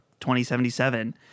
2077